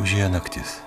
užėjo naktis